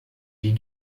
wie